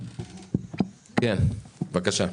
אדוני, בבקשה.